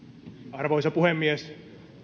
arvoisa puhemies